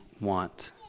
want